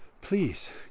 please